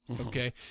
Okay